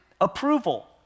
approval